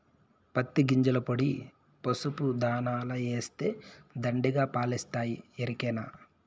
పత్తి గింజల పొడి పసుపు దాణాల ఏస్తే దండిగా పాలిస్తాయి ఎరికనా